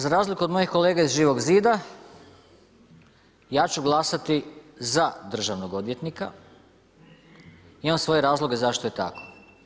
Za razliku od mojih kolega iz Živog zida, ja ću glasati za državnog odvjetnika, imam svoje razloge zašto je tako.